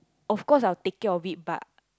of course I'll take care of it but